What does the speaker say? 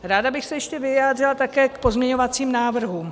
Ráda bych se ještě vyjádřila také k pozměňovacím návrhům.